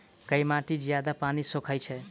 केँ माटि जियादा पानि सोखय छै?